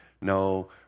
No